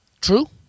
True